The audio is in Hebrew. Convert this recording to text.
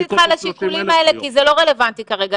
לא נכנסת איתך לשיקולים האלה כי זה לא רלוונטי כרגע,